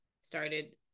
Started